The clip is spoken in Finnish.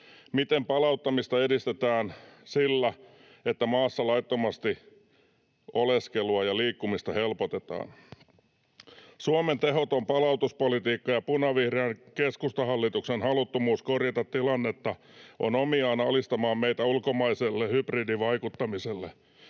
Miten palauttamista edistetään sillä, että maassa laittomasti oleskelua ja liikkumista helpotetaan? Suomen tehoton palautuspolitiikka ja punavihreän keskustahallituksen haluttomuus korjata tilannetta ovat omiaan alistamaan meitä ulkomaiselle hybridivaikuttamiselle.